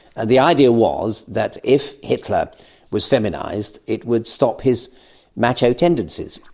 and the idea was that if hitler was feminised it would stop his macho tendencies,